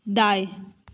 दाएँ